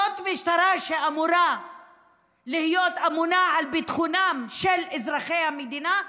זאת משטרה שאמורה להיות אמונה על ביטחונם של אזרחי המדינה?